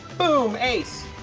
boom, ace.